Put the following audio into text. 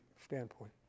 standpoint